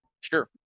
Sure